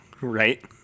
Right